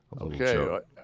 Okay